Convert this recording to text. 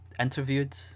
interviewed